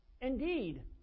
Indeed